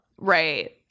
Right